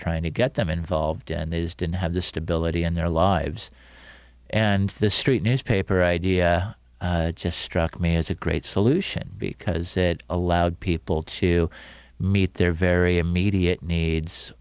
trying to get them involved and they didn't have the stability in their lives and the street newspaper idea just struck me as a great solution because it allowed people to meet their very immediate needs